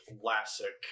classic